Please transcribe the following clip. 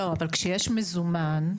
לא, אבל כשיש מזומן,